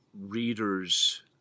Readers